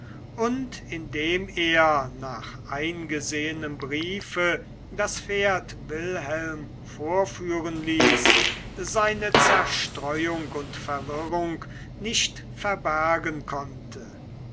und indem er nach eingesehenem briefe das pferd wilhelmen vorführen ließ seine zerstreuung und verwirrung nicht verbergen konnte